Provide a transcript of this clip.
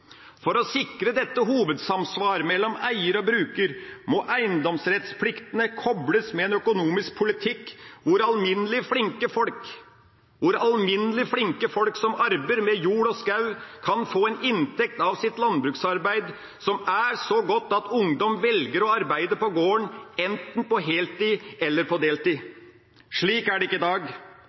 For å sikre dette hovedsamsvar mellom eier og bruker må eiendomsrettspliktene kobles med en økonomisk politikk hvor alminnelig flinke folk som arbeider med jord og skog, kan få en inntekt av sitt landbruksarbeid som er så god at ungdom velger å arbeide på gården, enten på heltid eller på deltid. Slik er det ikke i dag,